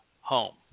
home